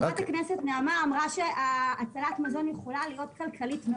חברת הכנסת נעמה לזימי אמרה שהצלת המזון יכולה להיות כלכלית,